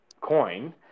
coin